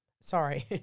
Sorry